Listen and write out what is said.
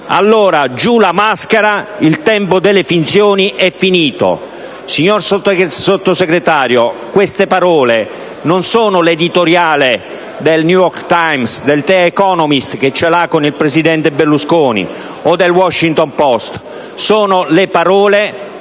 Allora giù la maschera. Il tempo delle finzioni è finito». Signor Sottosegretario, queste parole non sono riportate nell'editoriale del «New York Times», del «The Daily Economist» che ce l'ha con il presidente Berlusconi o del «The Washington Post». Sono le parole